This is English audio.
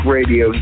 Radio